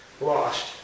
lost